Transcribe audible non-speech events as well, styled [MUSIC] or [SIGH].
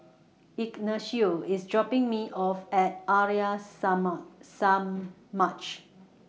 Ignacio IS dropping Me off At Arya [UNINTELLIGIBLE] Samaj